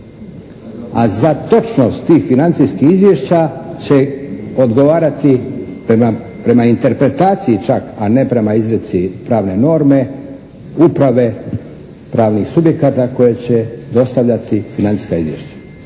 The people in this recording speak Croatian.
A za točnost tih financijskih izvješća će odgovarati prema interpretaciji čak a ne prema izreci pravne norme, uprave, pravnih subjekata koje će dostavljati financijska izvješća.